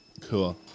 cool